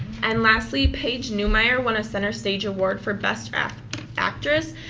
and lastly, paige newmeyer won a centerstage award for best actress.